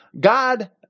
God